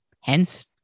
Hence